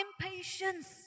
impatience